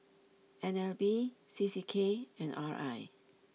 N L B C C K and R I